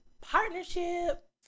partnership